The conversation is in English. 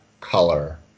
color